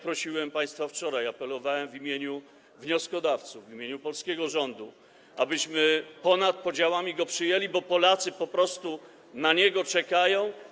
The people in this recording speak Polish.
Prosiłem państwa wczoraj, apelowałem w imieniu wnioskodawców, w imieniu polskiego rządu, abyśmy ponad podziałami go przyjęli, bo Polacy po prostu na niego czekają.